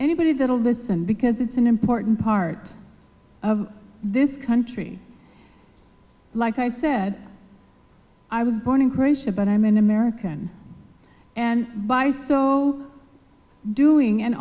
anybody that will listen because it's an important part of this country like i said i was born in croatia but i'm an american and by so doing and